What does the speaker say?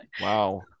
Wow